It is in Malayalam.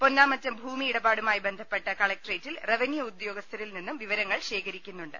പൊന്നമറ്റം ഭൂമി ഇടപാടുമായി ബന്ധപ്പെട്ട് കലക്ട്രേറ്റിൽ റവന്യൂഉദ്യോഗസ്ഥരിൽ നിന്നും വിവരങ്ങൾ ശേഖരിക്കുന്നുണ്ട്